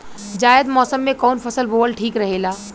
जायद मौसम में कउन फसल बोअल ठीक रहेला?